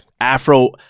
Afro